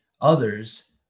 others